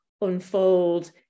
unfold